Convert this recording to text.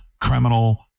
criminal